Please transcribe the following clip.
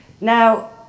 Now